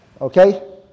Okay